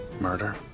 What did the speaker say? murder